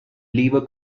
lever